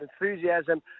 enthusiasm